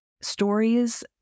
stories